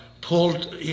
pulled